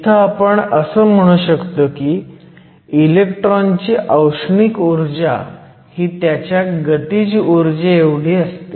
इथं आपण असं म्हणू शकतो की इलेक्ट्रॉन ची औष्णिक ऊर्जा ही त्याच्या गतीज उर्जेएवढी असते